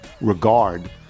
regard